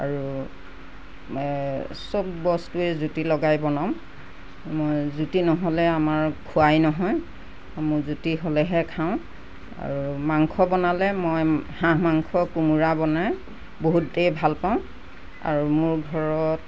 আৰু চব বস্তুৱেই জুতি লগাই বনাওঁ মই জুতি নহ'লে আমাৰ খোৱাই নহয় মোৰ জুতি হ'লেহে খাওঁ আৰু মাংস বনালে মই হাঁহ মাংস কোমোৰা বনাই বহুতেই ভাল পাওঁ আৰু মোৰ ঘৰত